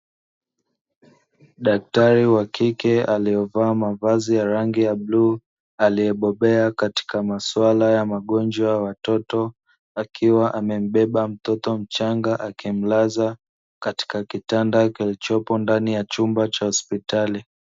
Daktari wa kike aliyevaa mavazi ya rangi ya bluu, aliyebobea katika maswala ya magonjwa ya watoto, akiwa amembeba mtoto mchanga akimlaza katika kitanda kilichopo ndani ya chumba cha hospitali.